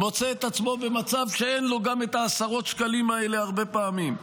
מוצא את עצמו במצב שאין לו גם את עשרות השקלים האלה הרבה פעמים.